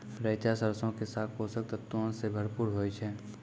रैचा सरसो के साग पोषक तत्वो से भरपूर होय छै